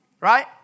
Right